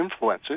influencers